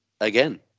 again